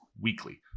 weekly